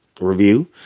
review